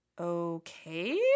Okay